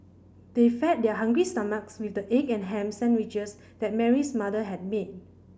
they fed their hungry stomachs with the egg and ham sandwiches that Mary's mother had made